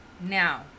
Now